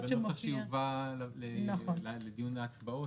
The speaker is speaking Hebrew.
שמופיע --- זה נוסח שהובא לדיון ההצבעות,